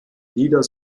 lieder